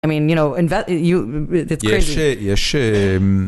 זאת אומרת, אתה יודע, זה מטורף. יש... יש...